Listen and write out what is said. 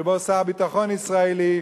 שבו שר ביטחון ישראל,